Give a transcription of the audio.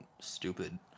stupid